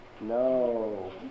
No